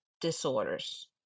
Disorders